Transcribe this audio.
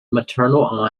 maternal